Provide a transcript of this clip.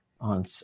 on